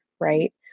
right